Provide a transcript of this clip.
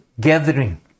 gathering